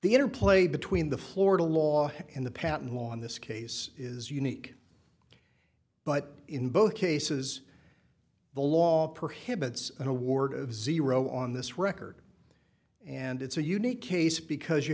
the interplay between the florida law in the patent law in this case is unique but in both cases the law prohibits an award of zero on this record and it's a unique case because you